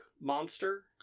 monster